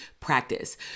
practice